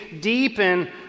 deepen